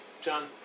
John